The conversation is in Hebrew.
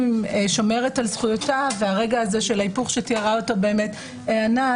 שומרת על זכויותיו והרגע של ההיפוך שתיארה אותו ענת